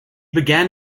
began